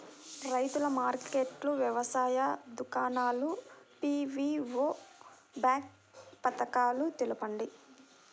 రైతుల మార్కెట్లు, వ్యవసాయ దుకాణాలు, పీ.వీ.ఓ బాక్స్ పథకాలు తెలుపండి?